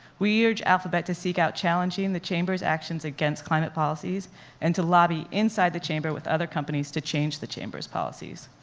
we urge alphabet to seek out challenging the chamber's actions against climate policies and to lobby inside the chamber with other companies to change the chamber's policies.